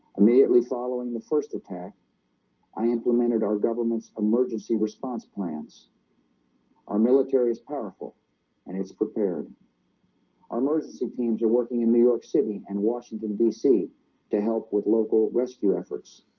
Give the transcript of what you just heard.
immediately following the first attack i implemented our government's emergency response plans our military is powerful and it's prepared our emergency teams are working in new york city and washington dc to help with local rescue efforts